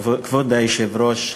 כבוד היושב-ראש,